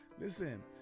Listen